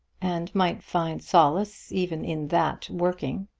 and might find solace even in that working.